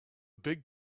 big